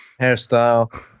hairstyle